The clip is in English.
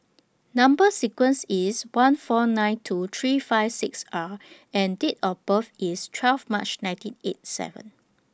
Number sequence IS one four nine two three five six R and Date of birth IS twelve March ninety eight seven